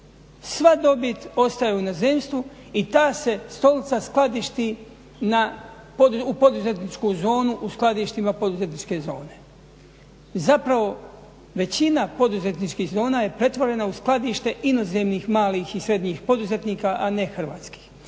Sva dobit ostaje u inozemstvu i ta se stolica skladišti u poduzetničku zonu u skladištima poduzetničke zone. Zapravo, većina poduzetničkih zona je pretvorena u skladište inozemnih malih i srednjih poduzetnika, a ne hrvatskih.